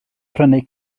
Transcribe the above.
prynu